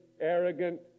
arrogant